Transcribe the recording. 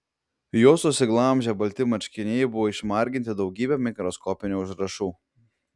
jo susiglamžę balti marškiniai buvo išmarginti daugybe mikroskopinių užrašų